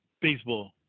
baseball